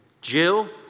Jill